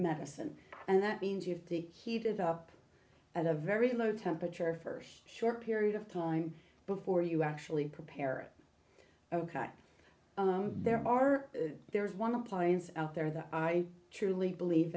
medicine and that means you heated up at a very low temperature for short period of time before you actually prepare ok there are there is one appliance out there that i truly believe